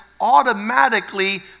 automatically